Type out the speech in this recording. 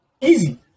Easy